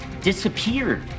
disappeared